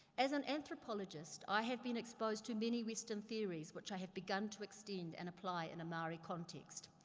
as an anthropologist, i have been exposed to many western theories which i have begun to extend and apply in maori context.